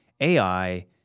AI